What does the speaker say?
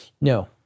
No